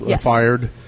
fired